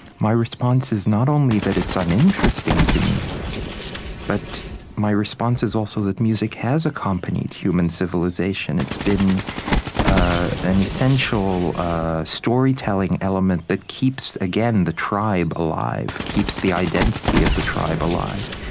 my response is not only that it's uninteresting to me but my response is also that music has accompanied human civilization. it's been an essential storytelling element that keeps, again, the tribe alive, keeps the identity of the tribe alive.